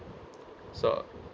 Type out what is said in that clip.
so